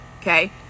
okay